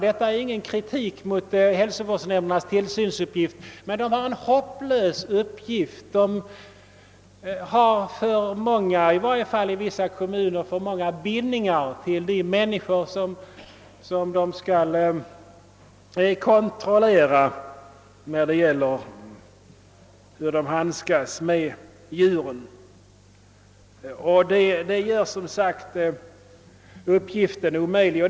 Detta är ingen kritik mot hälsovårdsnämndernas = tillsynsverksamhet, men de har en hopplös uppgift: de har, i varje fall i vissa kommuner, för många bindningar till de människor som de skall kontrollera i fråga om hur dessa handskas med djuren: Det gör som sagt uppgiften omöjlig.